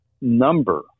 number